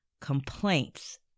Complaints